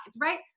right